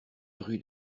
rue